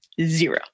zero